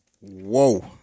Whoa